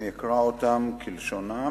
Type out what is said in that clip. אקרא אותם כלשונם.